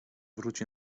wróci